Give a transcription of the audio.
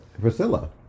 Priscilla